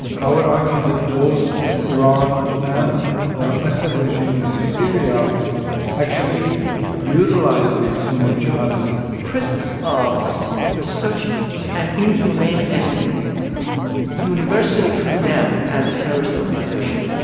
i would argue that both iran and the assad regime in syria actually utilized these sunni jihadists presence of such an inhumane enemy universally condemned as a terrorist organization,